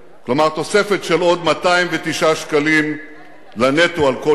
כלומר תוספת של עוד 209 שקלים לנטו על כל ילד.